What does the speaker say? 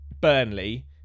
Burnley